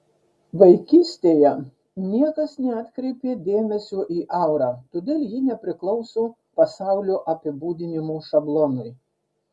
vaikystėje niekas neatkreipė dėmesio į aurą todėl ji nepriklauso pasaulio apibūdinimo šablonui